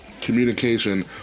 communication